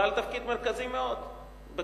בעל תפקיד מרכזי מאוד בקדימה,